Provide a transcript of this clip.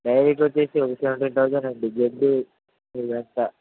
direct వచ్చి one seventeen thousand అండి blood ఇదంతా